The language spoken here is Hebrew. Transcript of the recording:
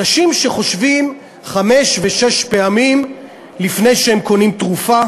אנשים שחושבים חמש ושש פעמים לפני שהם קונים תרופה,